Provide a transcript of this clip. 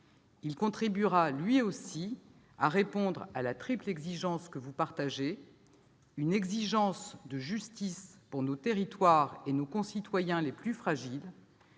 Il contribuera, lui aussi, à répondre à la triple exigence que vous partagez : une exigence de justice pour nos territoires et nos concitoyens les plus fragiles